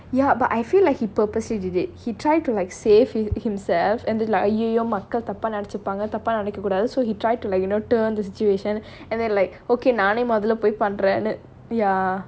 ya but I feel like he purposely did it he tried to like save hi~ himself and then like மக்கள் தப்பா நெனச்சிப்பாங்க தப்பா நெனைக்ககூடாது:makkal thappa nenachipaanga thappa nenaika koodaathu so he tried to like you know turn the situation and then like okay நானே மொதல்ல போய் பண்றேன்:naanae mothalla poi pandraen ya